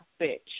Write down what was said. bitch